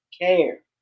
care